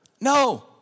No